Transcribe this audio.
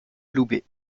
loubet